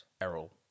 Errol